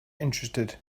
interested